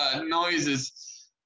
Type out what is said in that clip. noises